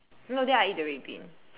no then I eat the red bean